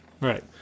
Right